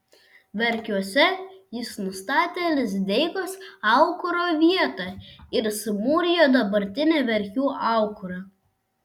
verkiuose jis nustatė lizdeikos aukuro vietą ir sumūrijo dabartinį verkių aukurą